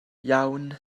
iawn